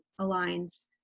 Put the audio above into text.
aligns